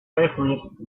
favorite